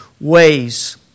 ways